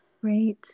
great